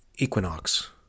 Equinox